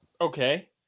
okay